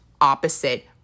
opposite